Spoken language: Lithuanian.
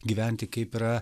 gyventi kaip yra